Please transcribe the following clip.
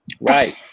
Right